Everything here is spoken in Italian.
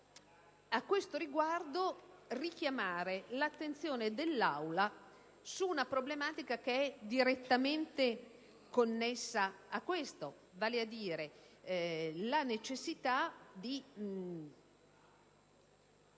A questo riguardo voglio richiamare l'attenzione dell'Aula su una problematica che è direttamente connessa con tale aspetto, vale a dire la necessità di